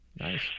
Nice